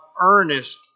earnest